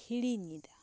ᱦᱤᱲᱤᱧ ᱮᱫᱟ